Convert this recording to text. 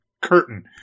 Curtain